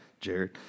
Jared